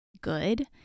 good